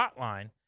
hotline